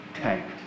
tanked